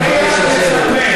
אני מבקש לשבת.